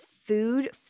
food